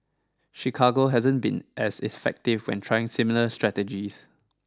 Chicago hasn't been as effective when trying similar strategies